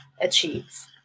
achieves